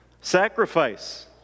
Sacrifice